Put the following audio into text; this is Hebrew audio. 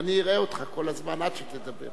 ואני אראה אותך כל הזמן עד שתדבר.